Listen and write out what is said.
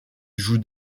joue